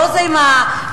לא זה עם הסומסום,